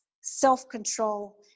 self-control